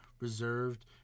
reserved